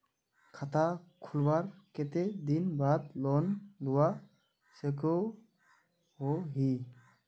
खाता खोलवार कते दिन बाद लोन लुबा सकोहो ही?